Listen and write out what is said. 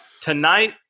Tonight